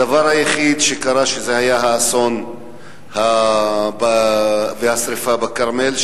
הדבר היחיד שקרה הוא שהיה אסון השרפה בכרמל,